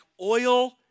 oil